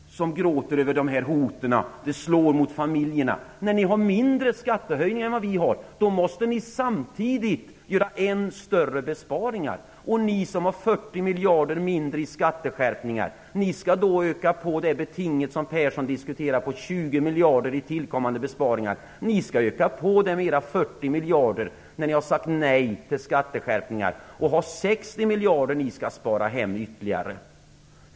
De gråter över hur dessa hot slår mot familjerna. De partierna måste samtidigt, eftersom de föreslår mindre skattehöjningar än vi, göra än större besparingar. Ni som föreslår 40 miljarder mindre i skatteskärpningar skall öka på det beting på 20 miljarder i tillkommande besparingar som Persson diskuterar med era 40 miljarder. Ni har sagt nej till skatteskärpningar och skall spara ytterligare 60 miljarder.